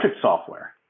software